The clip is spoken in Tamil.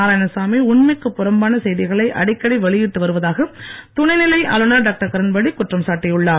நாராயணசாமி உண்மைக்கு புறம்பான செய்திகளை அடிக்கடி வெளியிட்டு வருவதாக துணைநிலை ஆளுநர் டாக்டர் கிரண்பேடி குற்றம் சாட்டியுள்ளார்